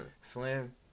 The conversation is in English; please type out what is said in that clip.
Slim